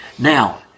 Now